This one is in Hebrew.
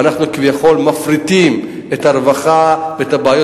אנחנו כביכול מפריטים את הרווחה ואת הבעיות